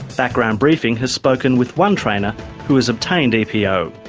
background briefing has spoken with one trainer who has obtained epo.